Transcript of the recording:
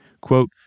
quote